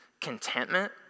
Contentment